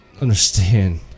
understand